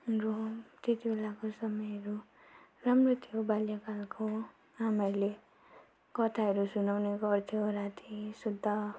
अरू त्यति बेलाको समयहरू राम्रो थियो बाल्यकालको हामीहरूले कथाहरू सुनाउने गर्थ्यो राति सुत्दा